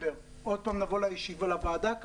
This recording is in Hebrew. דיברתי גם עם היועצים המשפטיים אין מענה בדבר הזה.